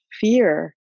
fear